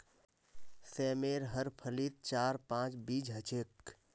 सेमेर हर फलीत चार पांच बीज ह छेक